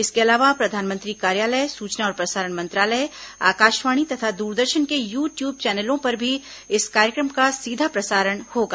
इसके अलावा प्रधानमंत्री कार्यालय सूचना और प्रसारण मंत्रालय आकाशवाणी तथा दूरदर्शन के यू ट्यूब चैनलों पर भी इस कार्यक्रम का सीधा प्रसारण होगा